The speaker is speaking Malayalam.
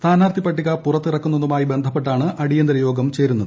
സ്ഥാനാർഥി പട്ടിക പുറത്തിറക്കുന്നതുമായി ബന്ധപ്പെട്ടാണ് അടിയന്തര യോഗം ചേരുന്നത്